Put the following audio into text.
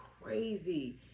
crazy